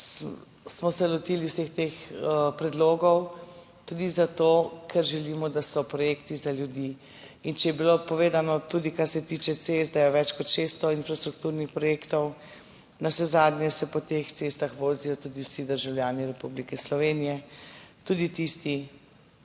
smo se lotili vseh teh predlogov, tudi zato, ker želimo, da so projekti za ljudi, in če je bilo povedano, tudi kar se tiče cest, da je več kot 600 infrastrukturnih projektov, navsezadnje se po teh cestah vozijo tudi vsi državljani Republike Slovenije, tudi tisti,